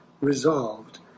resolved